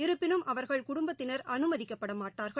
இருப்பினும் அவர்கள் குடும்பத்தினர் அனுமதிக்கப்பட மாட்டார்கள்